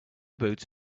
boots